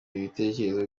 ibitekerezo